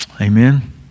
Amen